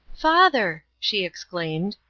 father! she exclaimed,